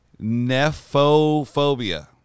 Nephophobia